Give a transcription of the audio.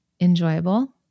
enjoyable